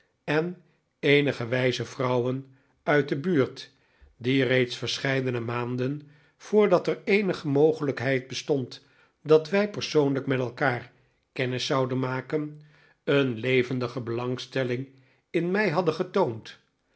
en eenige wijze vrouwen uit de buurt die reeds verscheidene maanden voordat er eenige mogelijkheid bestond dat wij persoonlijk met elkaar kennis zouden maken een levendige belangstelling in mij hadden getoond